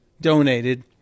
donated